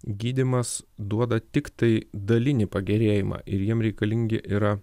gydymas duoda tiktai dalinį pagerėjimą ir jiem reikalingi yra